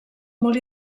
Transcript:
molt